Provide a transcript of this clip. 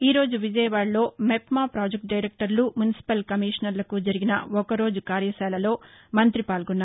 ఈ రోజు విజయవాడలో మెప్మా ప్రాజెక్య డైరెక్టర్లు మున్సిపల్ కమీషనర్లకు జరిగిన ఒకరోజు కార్యశాలలో మంత్రి పాల్గొన్నారు